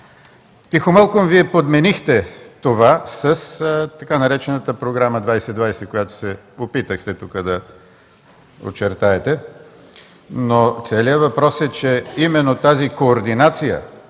Тихомълком Вие подменихте това с така наречената „Програма 2020”, която се опитахте тук да очертаете, но целият въпрос е, че именно тази координация